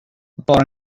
bara